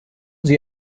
sie